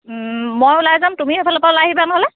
মই ওলাই যাম তুমি সিফালৰ পৰা ওলাই আহিবা নহ'লে